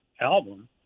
album